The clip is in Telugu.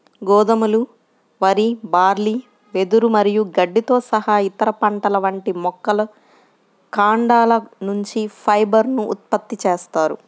గోధుమలు, వరి, బార్లీ, వెదురు మరియు గడ్డితో సహా ఇతర పంటల వంటి మొక్కల కాండాల నుంచి ఫైబర్ ను ఉత్పత్తి చేస్తారు